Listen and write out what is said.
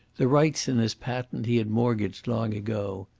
the rights in his patent he had mortgaged long ago.